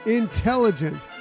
intelligent